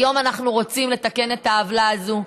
היום אנחנו רוצים לתקן את העוולה הזאת.